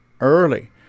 early